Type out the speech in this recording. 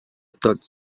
tots